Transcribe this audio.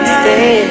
stay